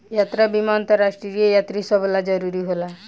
यात्रा बीमा अंतरराष्ट्रीय यात्री सभ ला जरुरी होला